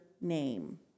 name